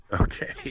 Okay